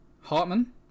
Hartman